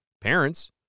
parents